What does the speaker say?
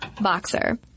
boxer